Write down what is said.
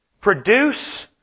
produce